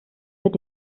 mit